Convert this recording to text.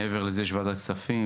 מעבר לזה יש ועדת כספים,